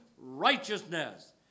righteousness